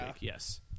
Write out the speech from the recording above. Yes